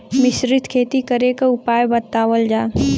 मिश्रित खेती करे क उपाय बतावल जा?